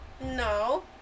No